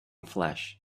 flesh